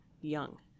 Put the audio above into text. young